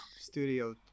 studio